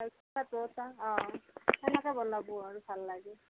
সেনাকে দুয়োটা সেনাকে বনাবো আৰু ভাল লাগে